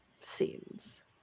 scenes